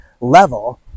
level